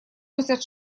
носят